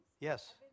Yes